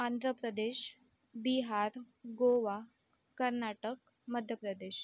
आंत प्रदेश बिहार गोवा कर्नाटक मद्द प्रदेश